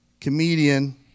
Comedian